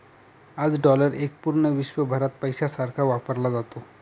आज डॉलर एक पूर्ण विश्वभरात पैशासारखा वापरला जातो